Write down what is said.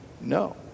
no